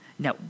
Now